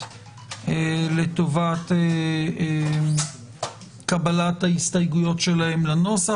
לטובת קבלת ההסתייגויות שלהם לנוסח,